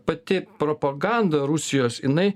pati propaganda rusijos jinai